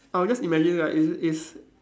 I'll just imagine like it it's